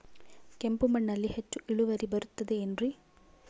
ಕೆಂಪು ಮಣ್ಣಲ್ಲಿ ಹೆಚ್ಚು ಇಳುವರಿ ಬರುತ್ತದೆ ಏನ್ರಿ?